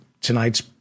tonight's